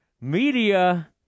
media